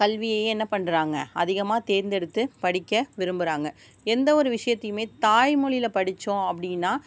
கல்வியையே என்ன பண்ணுறாங்க அதிகமாக தேர்ந்தெடுத்து படிக்க விரும்புகிறாங்க எந்த ஒரு விஷயத்தையுமே தாய்மொழியில் படித்தோம் அப்படின்னா